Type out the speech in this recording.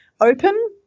open